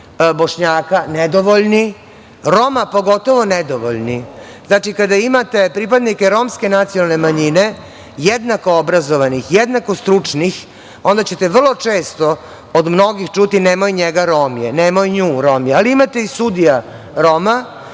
Bošnjaka - nedovoljni, Roma - pogotovo nedovoljni. Znači, kada imate pripadnike romske nacionalne manjine jednako obrazovanih, jednako stručnih, onda ćete vrlo često od mnogih čuti – nemoj njega, Rom je, nemoj nju, Rom je. Ali, imate i sudija Roma